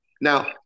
Now